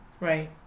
Right